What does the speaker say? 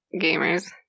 gamers